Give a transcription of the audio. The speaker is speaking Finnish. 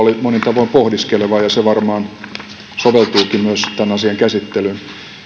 oli monin tavoin pohdiskeleva ja se varmaan soveltuukin myös tämän asian käsittelyyn